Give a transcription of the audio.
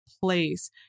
place